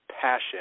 passion